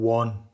one